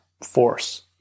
force